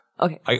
Okay